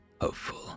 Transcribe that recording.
hopeful